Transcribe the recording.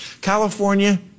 California